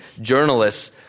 journalists